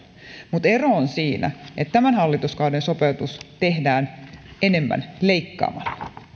mutta ero on siinä että tämän hallituskauden sopeutus tehdään enemmän leikkaamalla